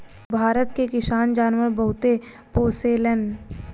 भारत के किसान जानवर बहुते पोसेलन